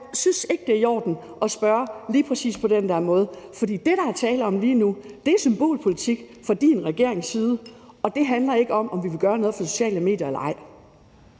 synes ikke, det er i orden at spørge på lige præcis den der måde, for det, der er tale om lige nu, er symbolpolitik fra din regerings side, og det handler ikke om, om vi vil gøre noget ved sociale medier eller ej.